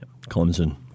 Clemson